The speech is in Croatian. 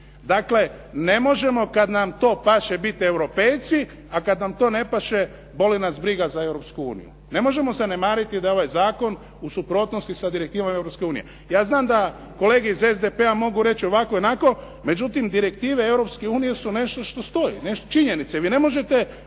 Dakle, ne možemo kad nam to paše biti europejci a kad nam to ne paše boli nas briga za Europsku uniju. Ne možemo zanemariti da je ovaj zakon u suprotnosti sa direktivama Europske unije. Ja znam da kolege iz SDP-a mogu reći ovako i onako, međutim direktive Europske unije su nešto što stoji, činjenice. Vi možete